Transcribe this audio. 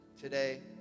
today